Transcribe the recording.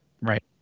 Right